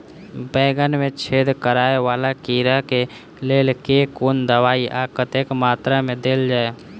बैंगन मे छेद कराए वला कीड़ा केँ लेल केँ कुन दवाई आ कतेक मात्रा मे देल जाए?